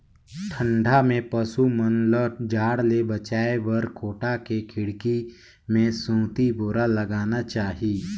ठंडा में पसु मन ल जाड़ ले बचाये बर कोठा के खिड़की में सूती बोरा लगाना चाही